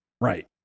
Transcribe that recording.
right